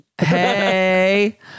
Hey